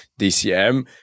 DCM